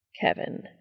kevin